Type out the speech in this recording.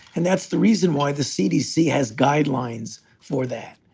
and that's the reason why the cdc has guidelines for that.